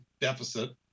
deficit